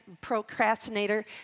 procrastinator